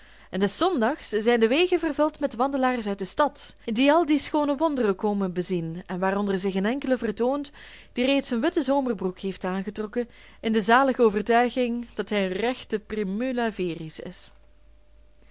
en des zondags zijn de wegen vervuld met wandelaars uit de stad die al die schoone wonderen komen bezien en waaronder zich een enkele vertoont die reeds een witte zomerbroek heeft aangetrokken in de zalige overtuiging dat hij een rechte primula veris is